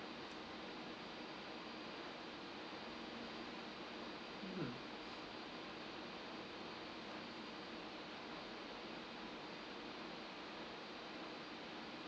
mm